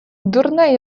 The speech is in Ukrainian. дурне